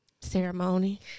ceremony